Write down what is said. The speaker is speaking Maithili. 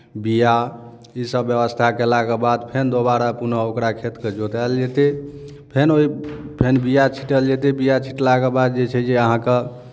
बीआ ईसभ व्यवस्था कयलाके बाद फेर दोबारा पुनः ओकरा खेतकेँ जोतायल जेतै फेर ओहि फेन बीआ छीँटल जेतै बीआ छिटलाके बाद जे छै जे अहाँकेँ